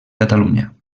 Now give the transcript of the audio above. catalunya